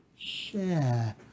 share